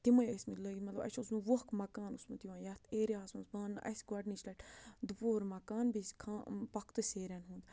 تِمَے ٲسۍمٕتۍ لٲگۍ مطلب اَسہِ اوسمُت ووکھٕ مَکان اوسمُت یِوان یَتھ ایریاہَس منٛز پانہٕ اَسہِ گۄڈنِچ لَٹہِ دُپُہُر مَکان بیٚیہِ چھِ کھا پۄختہٕ سیرٮ۪ن ہُنٛد